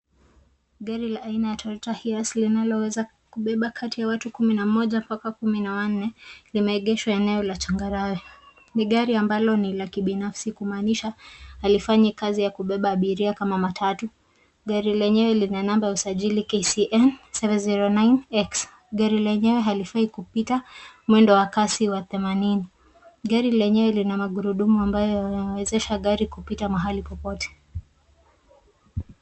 Gari la aina ya Toyota Hiace linaloweza kubeba kati ya watu kumi na moja mpaka kumi na wanne limeegeshwa eneo la changarawe. Ni gari ambalo ni la kibinfasi kumaanisha halifanyi kazi ya kubeba abiria kama matatu. Gari lenyewe lina namba ya usajili KCN 009X. Gari lenyewe halifai kupita mwendo wa kasi wa themanini. Gari lenyewe lina magurudumu ambayo yanawezesha gari kupita mahali popote.